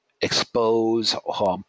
expose